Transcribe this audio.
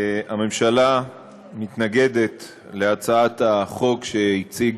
הממשלה מתנגדת להצעת החוק שהציג